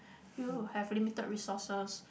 you have limited resources